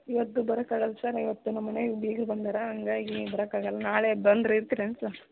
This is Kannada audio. ಇವತ್ತು ಬರೋಕ್ಕಾಗಲ್ಲ ಸರ್ ಇವತ್ತು ನಮ್ಮನೆಗೆ ಬೀಗ್ರು ಬಂದಾರ ಹಂಗಾಗಿ ಬರೋಕ್ಕಾಗಲ್ಲ ನಾಳೆ ಬಂದರೆ ಇರ್ತೀರೇನು ಸರ್